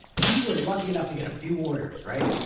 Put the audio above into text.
we were lucky enough to get a few orders. right?